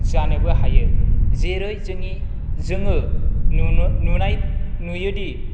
जानोबो हायो जेरै जोंनि जोङो नुनाय नुयोदि